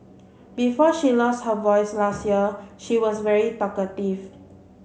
before she lost her voice last year she was very talkative